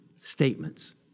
statements